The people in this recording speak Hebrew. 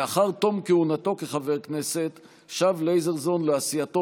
לאחר תום כהונתו כחבר כנסת שב לייזרזון לעשייתו